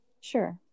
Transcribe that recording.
Sure